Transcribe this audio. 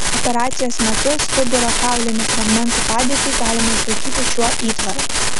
operacijos metu stuburo kaulinių fragmentų padėtį galima išlaikyti šiuo įtvaru